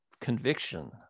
conviction